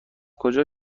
کجا